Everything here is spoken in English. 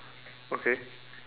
okay